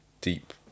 deep